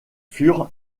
furent